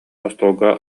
остуолга